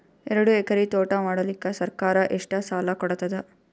ಎರಡು ಎಕರಿ ತೋಟ ಮಾಡಲಿಕ್ಕ ಸರ್ಕಾರ ಎಷ್ಟ ಸಾಲ ಕೊಡತದ?